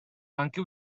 anche